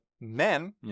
men